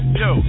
yo